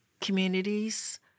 communities